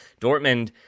Dortmund